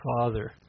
Father